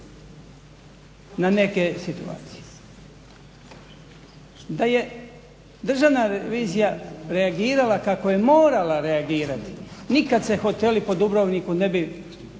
na neke situacije. Da je Državna revizija reagirala kako je morala reagirati nikad se hoteli po Dubrovniku ne bi